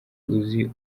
uzi